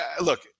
Look